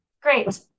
Great